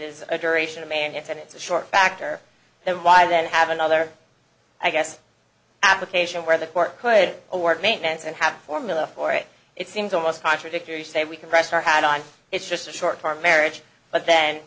yet it's a short factor then why then have another i guess application where the court could award maintenance and have a formula for it it seems almost contradictory say we can press our hand on it's just a short term marriage but then